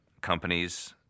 companies